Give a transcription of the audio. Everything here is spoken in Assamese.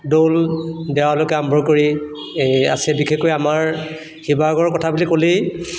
দৌল দেৱালয়কে আৰম্ভ কৰি এই আছে বিশেষকৈ আমাৰ শিৱসাগৰ কথা বুলি ক'লেই